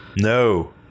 no